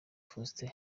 faustin